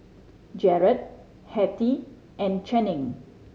Jarod Hetty and Channing